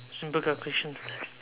simple calculations